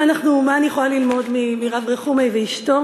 מה אנחנו, מה אני יכולה ללמוד מרב רחומי ואשתו